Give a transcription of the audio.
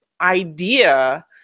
idea